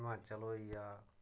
हिमाचल होई गेआ